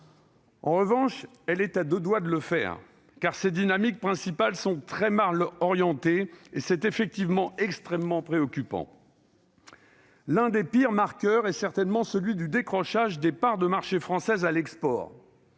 mais elle est à deux doigts de le faire : ses dynamiques principales sont très mal orientées, ce qui est extrêmement préoccupant. L'un des pires marqueurs réside certainement dans le décrochage des parts de marché françaises à l'export